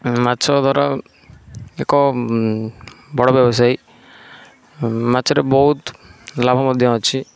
ମାଛ ଧରା ଏକ ବଡ଼ ବ୍ୟବସାୟୀ ମାଛରେ ବହୁତ ଲାଭ ମଧ୍ୟ ଅଛି